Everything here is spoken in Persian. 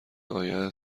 آیه